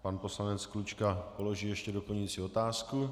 Pan poslanec Klučka položí ještě doplňující otázku.